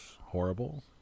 horrible